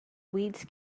weeds